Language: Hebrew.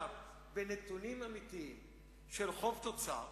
עומדת מול האוצר.